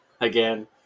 again